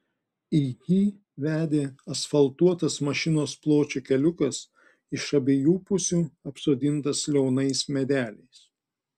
į jį vedė asfaltuotas mašinos pločio keliukas iš abiejų pusių apsodintas liaunais medeliais